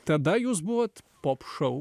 tada jūs buvot pop šou